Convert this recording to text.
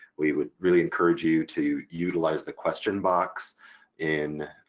we would really encourage you to utilize the question box in.